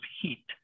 heat